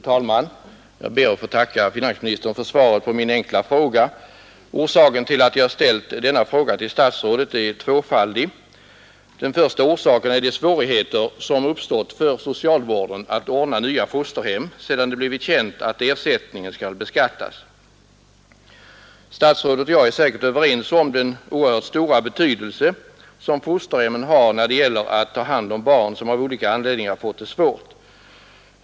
Fru talman! Jag ber att få tacka finansministern för svaret på min enkla fråga. Det var av två orsaker som jag ställde den till statsrådet. Den första orsaken är de svårigheter som har uppstått för socialvården att ordna nya fosterhem sedan det blivit känt att ersättningen skall beskattas. Statsrådet och jag är säkerligen överens om den oerhört stora betydelse som fosterhemmen har när det gäller att ta hand om barn som av olika anledningar fått det svårt.